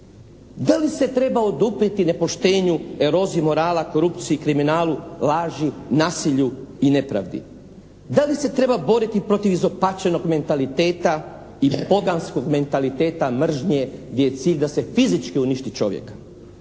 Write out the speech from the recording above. Da li se treba oduprijeti nepoštenju, eroziji morala, korupciji, kriminalu, laži, nasilju i nepravdi? Da li se treba boriti protiv izopačenog mentaliteta i poganskog mentaliteta mržnje gdje je cilj da se fizički uništi čovjeka?